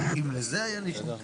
אני דנה צ'רנובלסקי,